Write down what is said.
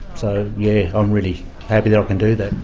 so yeah, i'm really happy that i can do that.